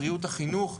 בריאות החינוך,